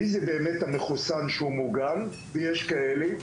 מי זה באמת המחוסן שהוא מוגן ויש כאלה.